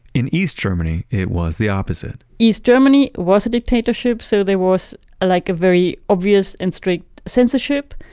in east germany, it was the opposite east germany was a dictatorship, so there was like a very obvious and strict censorship.